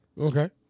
Okay